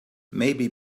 maybe